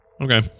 Okay